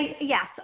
yes